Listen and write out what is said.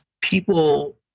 people